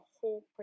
whole